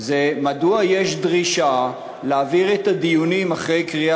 מדוע יש דרישה להעביר את הדיונים אחרי קריאה